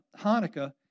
Hanukkah